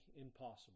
impossible